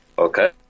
Okay